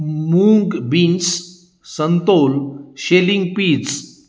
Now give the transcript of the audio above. मूंग beans संतोल shelling पीज